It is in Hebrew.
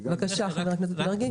בבקשה, חבר הכנסת מרגי.